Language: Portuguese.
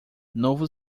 novo